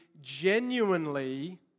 genuinely